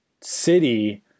city